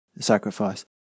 sacrifice